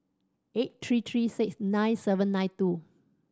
eight three three six nine seven nine two